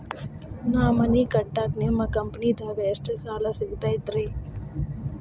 ನಾ ಮನಿ ಕಟ್ಟಾಕ ನಿಮ್ಮ ಕಂಪನಿದಾಗ ಎಷ್ಟ ಸಾಲ ಸಿಗತೈತ್ರಿ?